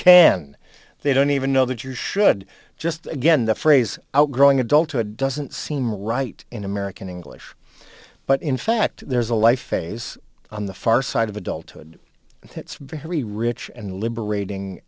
can they don't even know that you should just again the phrase outgrowing adulthood doesn't seem right in american english but in fact there's a life phase on the far side of adulthood and it's very rich and liberating